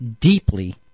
deeply